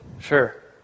Sure